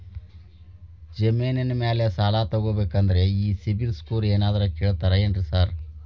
ಜಮೇನಿನ ಮ್ಯಾಲೆ ಸಾಲ ತಗಬೇಕಂದ್ರೆ ಈ ಸಿಬಿಲ್ ಸ್ಕೋರ್ ಏನಾದ್ರ ಕೇಳ್ತಾರ್ ಏನ್ರಿ ಸಾರ್?